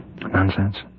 Nonsense